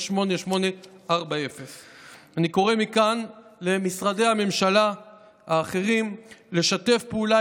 8840*. אני קורא מכאן למשרדי הממשלה האחרים לשתף פעולה